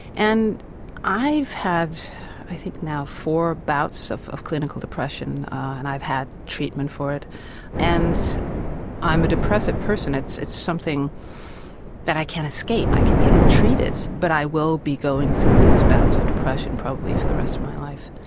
and i've had i think now four bouts of of clinical depression and i've had treatment for it and i'm a depressive person, it's it's something that i can't escape, i can get it treated but i will be going through these bouts of depression probably for the rest of my life.